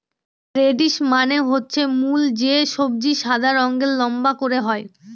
radish মানে হচ্ছে মূল যে সবজি সাদা রঙের লম্বা করে হয়